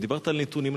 ודיברת על נתונים,